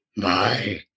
Bye